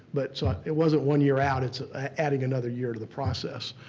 but it wasn't one year out, it's adding another year to the process.